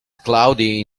cloudy